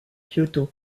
kyoto